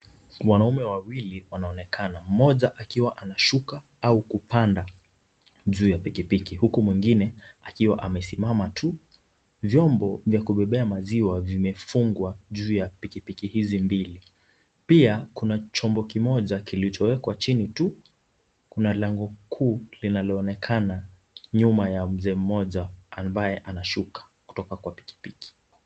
Wanaume wawili wanaonekana. Mmoja akiwa anashuka au kupanda juu ya pikipiki huku huyo mwingine akiwa amesimama tu. Vyombo vimefungwa juu ya pikipiki hizi mbili. Pia kuna chombo kimoja kilichowekwa kwenye lango kuu linaloonekana nyuma ya mzee mmoja, ambaye anashuka kutoka kwa pikipiki.